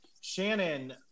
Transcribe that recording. Shannon